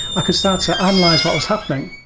could start to analyze what was happening.